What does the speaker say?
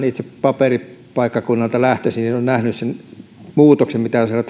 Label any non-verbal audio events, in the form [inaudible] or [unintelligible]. [unintelligible] itse olen paperipaikkakunnalta lähtöisin niin olen nähnyt sen muutoksen mitä siellä [unintelligible]